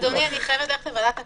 אדוני, אני חייבת ללכת לוועדת הכנסת.